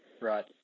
Right